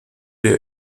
der